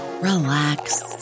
relax